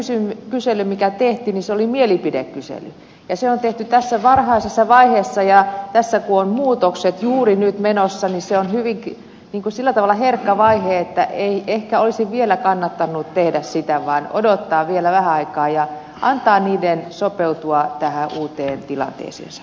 se mielipidekysely mikä tehtiin oli mielipidekysely ja se on tehty tässä varhaisessa vaiheessa ja tässä kun muutokset ovat juuri nyt menossa niin se on hyvinkin sillä tavalla herkkä vaihe että ei ehkä olisi vielä kannattanut tehdä sitä vaan odottaa vielä vähän aikaa ja antaa niiden sopeutua tähän uuteen tilanteeseensa